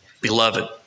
beloved